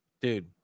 Dude